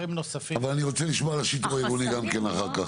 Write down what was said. אבל אני רוצה לשמוע על השיטור העירוני אחר כך.